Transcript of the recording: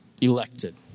elected